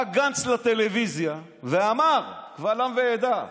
בא גנץ לטלוויזיה ואמר קבל עם ועדה,